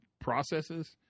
processes